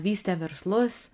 vystė verslus